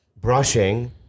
brushing